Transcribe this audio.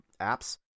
apps